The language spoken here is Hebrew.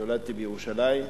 אני נולדתי בירושלים.